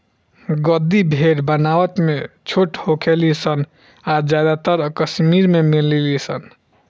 गद्दी भेड़ बनावट में छोट होखे ली सन आ ज्यादातर कश्मीर में मिलेली सन